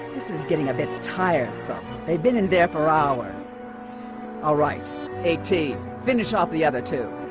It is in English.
this is getting a bit tiresome. they've been in there for hours all right eighteen finish off the other two